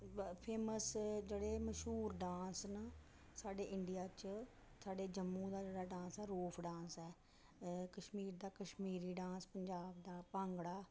famous जेह्ड़े मश्हूर dance न साड्डे इंडिया च साड्डे जम्मू दा जेह्ड़ा डान्स ऐ रोफ डान्स ऐ कश्मीर दा कश्मीरी डान्स पंजाब दा भांगड़ा